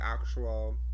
actual